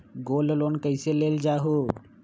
Gold loan कईसे लेल जाहु?